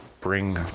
bring